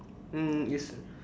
mm is